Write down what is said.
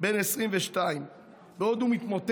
בן 22". בעוד הוא מתמוטט,